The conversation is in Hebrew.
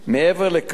מעבר לכך,